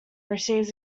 receives